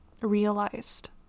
realized